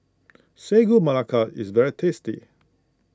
Sagu Melaka is very tasty